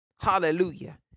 Hallelujah